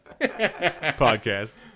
Podcast